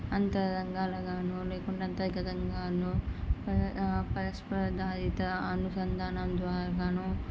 అంతరంగాలగానో లేకుంటే అంతర్గతంగానో పరస్పర దారిద్ర అనుసంధానం ద్వారానో